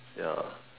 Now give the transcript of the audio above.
ya